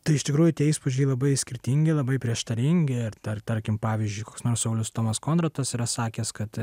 tai iš tikrųjų tie įspūdžiai labai skirtingi labai prieštaringi ir tar tarkim pavyzdžiui koks nors saulius tomas kondratas yra sakęs kad